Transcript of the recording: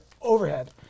overhead